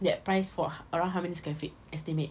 that price for around how many square feet estimate